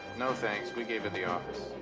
no, thanks. we gave at the office.